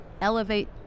elevate